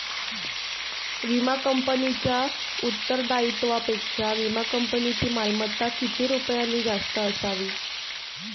विमा कंपनीच्या उत्तरदायित्वापेक्षा विमा कंपनीची मालमत्ता किती रुपयांनी जास्त असावी?